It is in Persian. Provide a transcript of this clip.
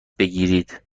بگیرید